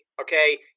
okay